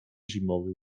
zimowy